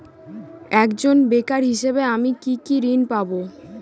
একজন বেকার হিসেবে আমি কি কি ঋণ পাব?